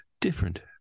different